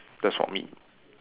that's for me